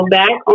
back